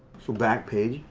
so backpage,